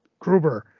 Kruber